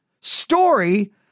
story